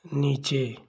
नीचे